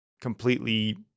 completely